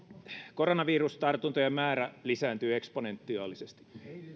koronavirustartuntojen määrä lisääntyy eksponentiaalisesti